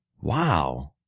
Wow